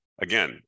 Again